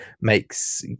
makes